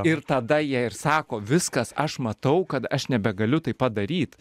ir tada jie ir sako viskas aš matau kad aš nebegaliu taip pat daryt